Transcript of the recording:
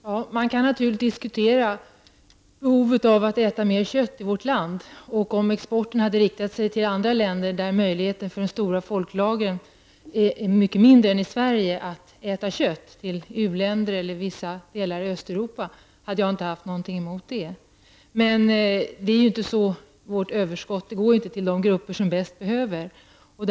Herr talman! Man kan naturligtvis diskutera behovet av att vi i vårt land äter mer kött. Jag hade heller inte haft någonting emot detta om exporten hade riktat sig mot andra länder, mot u-länder eller mot vissa delar av Östeuropa, där möjligheten för de stora folklagren att äta kött är mycket mindre än i Sverige. Men vårt överskott går ju inte till de grupper som bäst behöver det.